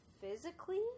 Physically